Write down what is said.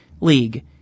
league